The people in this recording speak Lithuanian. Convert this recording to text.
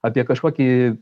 apie kažkokį